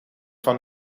van